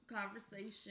conversation